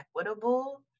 equitable